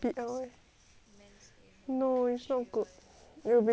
no it's not good will become more and more 粗